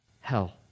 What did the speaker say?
hell